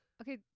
Okay